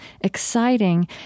exciting